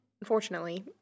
Unfortunately